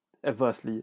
adversely